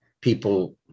People